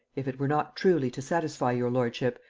if it were not truly to satisfy your lordship,